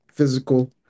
physical